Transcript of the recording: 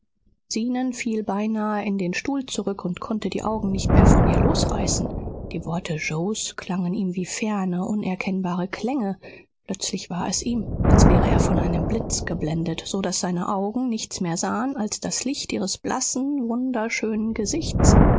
zenon fiel beinahe in den stuhl zurück und konnte die augen nicht mehr von ihr losreißen die worte yoes klangen ihm wie ferne unerkennbare klänge plötzlich war es ihm als wäre er von einem blitz geblendet so daß seine augen nichts mehr sahen als das licht ihres blassen wunderschönen gesichts